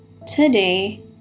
Today